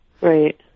Right